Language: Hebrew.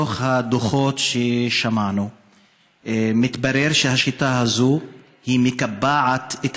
מתוך הדוחות ששמענו מתברר שהשיטה הזאת מקבעת את